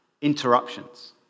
interruptions